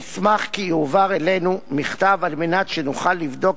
נשמח כי יועבר אלינו מכתב על מנת שנוכל לבדוק